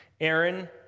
Aaron